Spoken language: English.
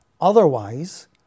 Otherwise